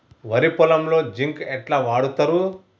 వరి పొలంలో జింక్ ఎట్లా వాడుతరు?